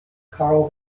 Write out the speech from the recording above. coral